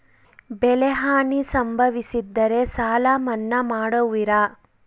ಬೆಳೆಹಾನಿ ಸಂಭವಿಸಿದರೆ ಸಾಲ ಮನ್ನಾ ಮಾಡುವಿರ?